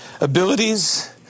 abilities